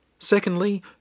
Secondly